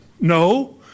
no